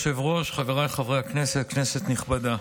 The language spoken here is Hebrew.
אדוני היושב-ראש, חבריי חברי הכנסת, כנסת נכבדה,